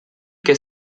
che